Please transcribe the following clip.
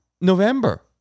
November